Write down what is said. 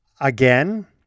Again